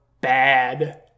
bad